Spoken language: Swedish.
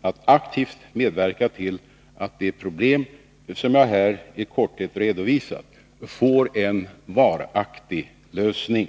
att aktivt medverka till att de problem som jag här i korthet redovisat får en varaktig lösning.